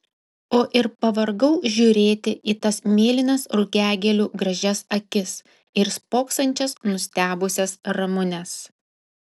o ir pavargau žiūrėti į tas mėlynas rugiagėlių gražias akis ir spoksančias nustebusias ramunes